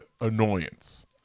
annoyance